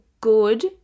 good